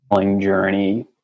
journey